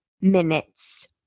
minutes